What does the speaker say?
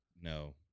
no